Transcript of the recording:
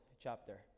chapter